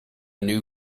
new